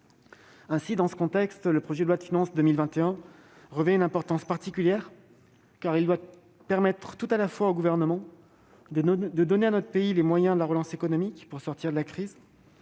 Dans ce contexte, le projet de loi de finances pour 2021 revêt une importante particulière. Il doit permettre au Gouvernement de donner à notre pays les moyens de la relance économique, pour le sortir de la crise,